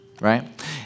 right